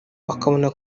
akabona